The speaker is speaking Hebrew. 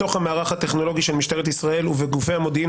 בתוך המערך הטכנולוגי של משטרת ישראל ובגופי המודיעין,